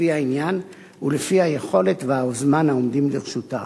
לפי העניין ולפי היכולת והזמן העומדים לרשותה.